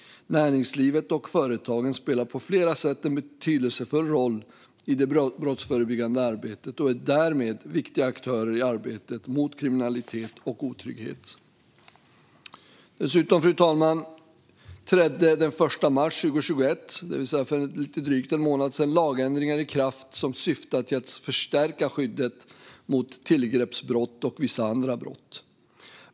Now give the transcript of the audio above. Näringslivet och företagen spelar på flera sätt en betydelsefull roll i det brottsförebyggande arbetet och är därmed viktiga aktörer i arbetet mot kriminalitet och otrygghet. Dessutom, fru talman, trädde lagändringar i kraft den 1 mars 2021, det vill säga för lite drygt en månad sedan, som syftar till att förstärka skyddet mot tillgreppsbrott och vissa andra brott.